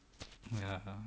ya